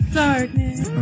darkness